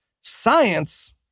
Science